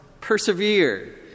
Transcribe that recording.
persevere